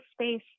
space